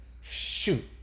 Shoot